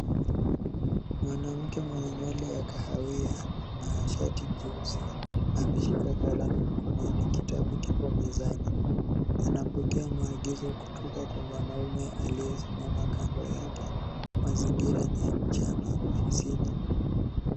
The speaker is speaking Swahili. Mwanamke mwenye nywele ya kahawia na shati jeusi ameshika kalamu mkononi, kitabu kipo mezani. Anapokea maagizo kutoka kwa mwanamume aliyesimama kando yake. Mazingira ni ya mchana ofisini.